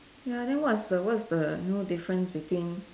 ya what is the what is the no difference between